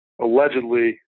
allegedly